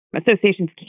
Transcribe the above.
Associations